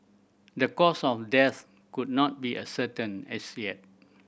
the cause of death could not be ascertained as yet